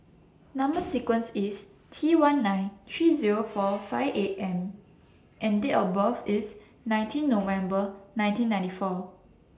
Number sequence IS T one nine three Zero four five eight M and Date of birth IS nineteen November nineteen ninety four